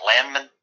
Landman